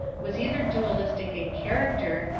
was either dualistic in character,